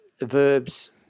verbs